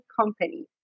company